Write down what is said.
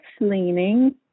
leaning